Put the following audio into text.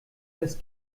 das